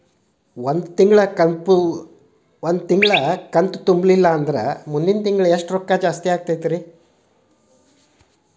ಒಂದು ತಿಂಗಳಾ ಕಂತು ತುಂಬಲಿಲ್ಲಂದ್ರ ಮುಂದಿನ ತಿಂಗಳಾ ಎಷ್ಟ ರೊಕ್ಕ ಜಾಸ್ತಿ ಆಗತೈತ್ರಿ?